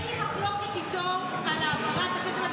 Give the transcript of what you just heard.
אין לי מחלוקת איתו על העברת הכסף,